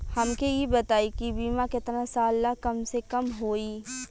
हमके ई बताई कि बीमा केतना साल ला कम से कम होई?